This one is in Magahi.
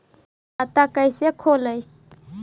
खाता कैसे खोले?